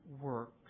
works